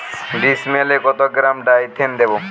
ডিস্মেলে কত গ্রাম ডাইথেন দেবো?